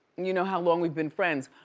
you know how long we've been friends.